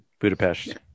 Budapest